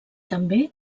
també